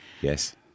Yes